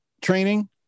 training